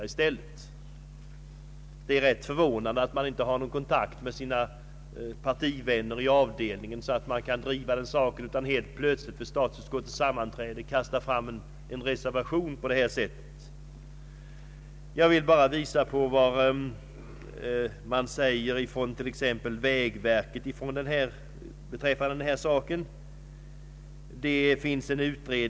Det är förvånande att de som ligger bakom denna reservation inte har tagit kontakt med sina partivänner i avdelningen utan helt plötsligt på statsutskottets sammanträde presenterar en reservation. Jag vill erinra om vad vägverket anser om denna sak.